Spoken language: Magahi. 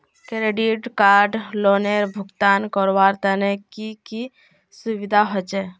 क्रेडिट कार्ड लोनेर भुगतान करवार तने की की सुविधा होचे??